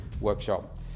workshop